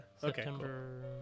September